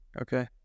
Okay